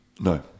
No